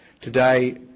Today